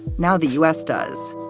now the u s. does.